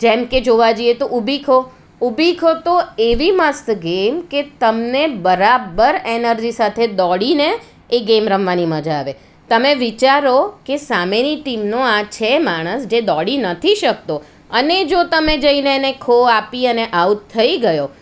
જેમ કે જોવા જઈએ તો ઊભી ખો ઊભી ખો તો એવી મસ્ત ગેમ કે તમને બરાબર એનર્જી સાથે દોડીને એ ગેમ રમવાની મજા આવે તમે વિચારો કે સામેની ટીમનો આ છે માણસ જે છે એ દોડી નથી શકતો અને જો તમે જઈને એને ખો આપી અને આઉટ થઈ ગયો